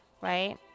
right